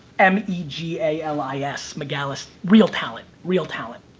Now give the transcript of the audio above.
m e g a l i s, megalis, real talent, real talent.